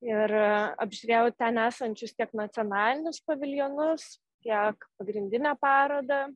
ir apžiūrėjau ten esančius tiek nacionalinius paviljonus tiek pagrindinę parodą